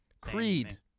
Creed